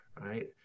right